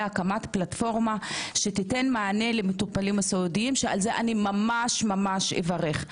הקמת פלטפורמה שתיתן מענה למטופלים הסיעודיים על זה אני ממש אברך.